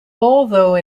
although